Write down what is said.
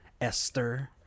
Esther